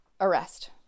arrest